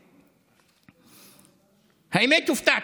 האמת, הופתעתי.